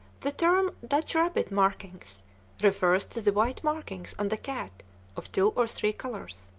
the term dutch rabbit markings refers to the white markings on the cat of two or three colors.